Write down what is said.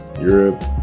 Europe